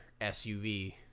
SUV